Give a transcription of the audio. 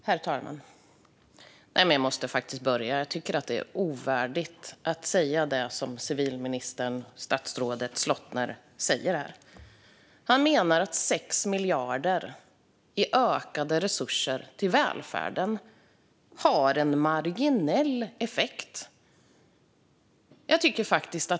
Herr talman! Jag tycker att det är ovärdigt att säga det civilminister Slottner säger. Han menar att 6 miljarder i ökade resurser till välfärden har en marginell effekt.